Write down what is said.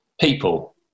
people